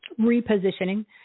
repositioning